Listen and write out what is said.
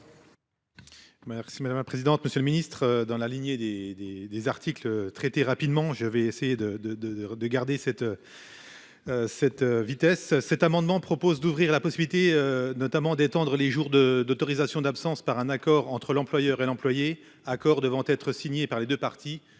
Merci madame la présidente. Monsieur le Ministre, dans la lignée des des des articles traiter rapidement. Je vais essayer de de de de garder cette. Cette vitesse cet amendement propose d'ouvrir la possibilité notamment détendre les jours de d'autorisation d'absence par un accord entre l'employeur et l'employé accords devant être signé par les 2 parties